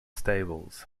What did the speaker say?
stables